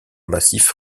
massif